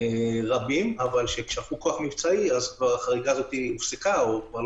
אבל כשנשלח כוח מבצעי החריגה כבר הופסקה או לא